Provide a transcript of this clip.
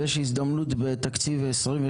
ויש הזדמנות בתקציב 2023